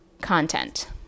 content